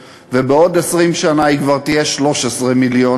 ובעוד 20 שנה היא כבר תהיה של 13 מיליון,